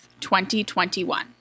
2021